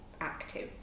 active